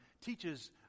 teaches